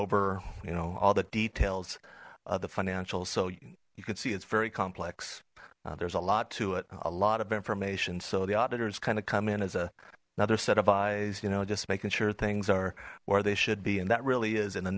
over you know all the details of the financials so you can see it's very complex there's a lot to it a lot of information so the auditors kind of come in as a another set of eyes you know just making sure things are where they should be and that really is in a